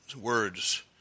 words